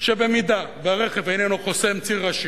שבמידה שהרכב איננו חוסם ציר ראשי,